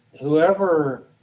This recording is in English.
whoever